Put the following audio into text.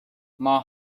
ماه